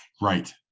Right